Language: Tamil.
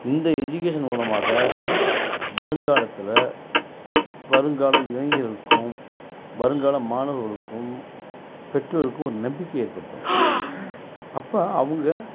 இந்த எஜிகேஷன் மூலமாக வருங்காலத்தில் ஸ் வருங்கால இளைஞர்களுக்கும் வருங்கால மாணவர்களுக்கும் பெற்றோருக்கும் ஒரு நம்பிக்கையை ஏற்படுத்தணும் அப்போ அவங்க